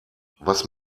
was